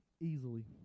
Easily